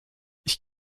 ich